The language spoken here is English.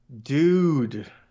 Dude